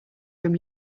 from